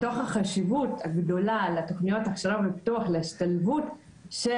החשיבות הגדולה לתכניות הכשרה ופיתוח להשתלבות של